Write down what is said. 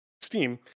Steam